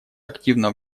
активно